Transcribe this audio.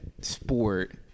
sport